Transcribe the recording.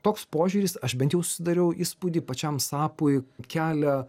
toks požiūris aš bent jau susidariau įspūdį pačiam sapui kelia